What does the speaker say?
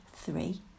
Three